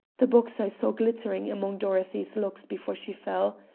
the box i saw glittering among dorothy's locks before she fell.